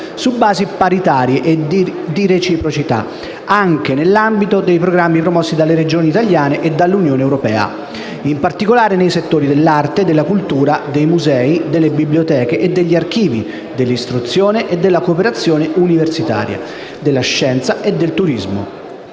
su basi paritarie e di reciprocità, anche nell'ambito dei programmi promossi dalle Regioni italiane e dall'Unione europea, in particolare nei settori dell'arte e della cultura, dei musei, delle biblioteche e degli archivi, dell'istruzione e della cooperazione universitarie, della scienza e del turismo.